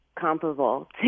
comparable